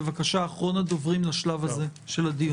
בבקשה אחרון הדוברים לשלב הזה של הדיון.